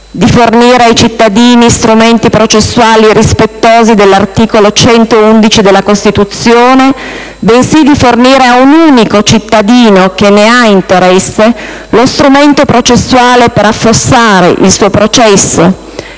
di fornire ai cittadini strumenti processuali rispettosi dell'articolo 111 della Costituzione, bensì quello di fornire ad un unico cittadino che ne ha interesse lo strumento processuale per affossare il suo processo